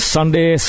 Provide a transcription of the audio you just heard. Sunday